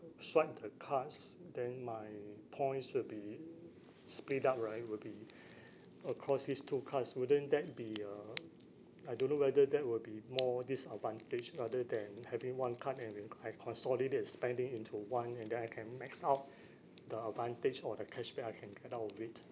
swipe the cards then my points will be split up right will be across these two cards wouldn't that be uh I don't know whether that would be more disadvantage rather than having one card and will I consolidate the spending into one and then I can max out the advantage or the cashback I can get out of it